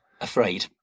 afraid